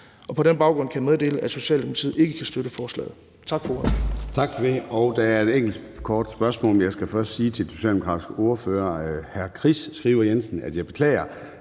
På den baggrund kan jeg meddele, at Socialdemokratiet ikke kan støtte forslaget. Tak for ordet.